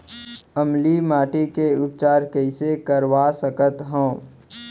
अम्लीय माटी के उपचार कइसे करवा सकत हव?